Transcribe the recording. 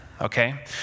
okay